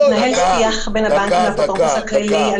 מתנהל שיח בין הבנקים לאפוטרופוס הכללי,